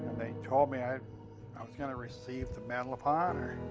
told me i i was going to receive the medal of honor.